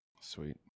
Sweet